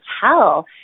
tell